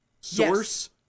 source